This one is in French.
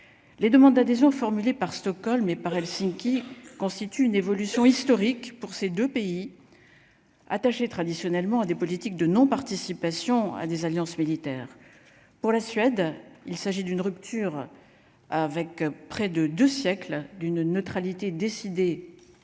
les demandes d'adhésion formulée par Stockholm et par Helsinki constituent une évolution historique pour ces 2 pays attachés traditionnellement à des politiques de non participation à des alliances militaires pour la Suède, il s'agit d'une rupture avec près de 2 siècles d'une neutralité décidé